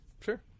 sure